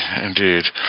indeed